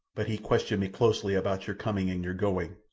but he questioned me closely about your coming and your going,